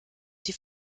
die